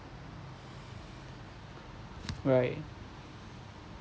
right